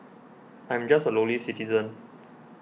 I'm just a lowly citizen